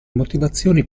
motivazioni